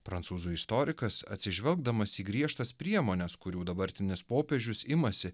prancūzų istorikas atsižvelgdamas į griežtas priemones kurių dabartinis popiežius imasi